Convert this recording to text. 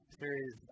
series